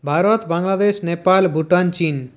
ভারত বাংলাদেশ নেপাল ভুটান চীন